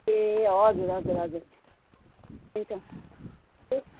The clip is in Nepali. ए हजुर हजुर हजुर त्यही त